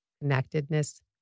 connectedness